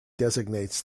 designates